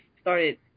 started